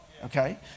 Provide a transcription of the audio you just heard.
okay